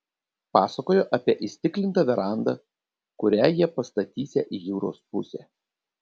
pasakojo apie įstiklintą verandą kurią jie pastatysią į jūros pusę